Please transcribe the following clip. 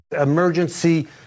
emergency